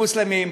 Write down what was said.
מוסלמים,